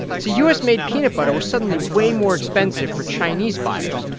so u s made peanut butter was suddenly way more expensive for chinese buyers.